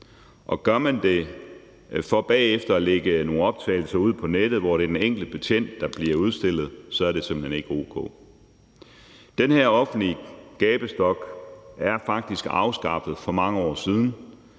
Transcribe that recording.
Og gør man det for bagefter at lægge nogle optagelser ud på nettet, hvor det er den enkelte betjent, der bliver udstillet, så er det simpelt hen ikke o.k. Den her offentlige gabestok er faktisk afskaffet for mange år siden.